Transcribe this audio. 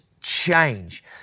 change